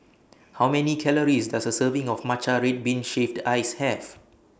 How Many Calories Does A Serving of Matcha Red Bean Shaved Ice Have